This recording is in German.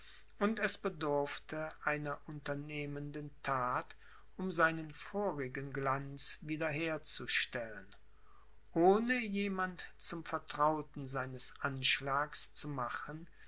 und es bedurfte einer unternehmenden that um seinen vorigen glanz wieder herzustellen ohne jemand zum vertrauten seines anschlags zu machen